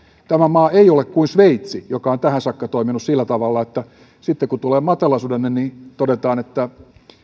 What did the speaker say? tämä maa ei ole kuin sveitsi joka on tähän saakka toiminut sillä tavalla että sitten kun tulee matalasuhdanne todetaan että